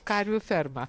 karvių fermą